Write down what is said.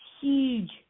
huge